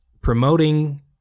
promoting